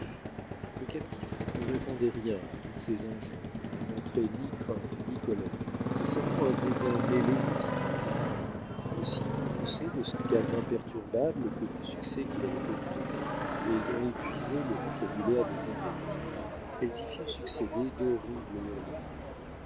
le captif ne répondait rien à toutes ces injures et ne montrait ni crainte ni colère mais seulement un dédain mêlé de dignité aussi courroucées de son calme imperturbable que du succès qu'il avait obtenu et ayant épuisé le vocabulaire des invectives elles y firent succéder d'horribles hurlements